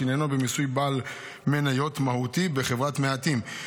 שעניינו מיסוי בעל מניות מהותי בחברת מעטים.